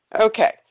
Okay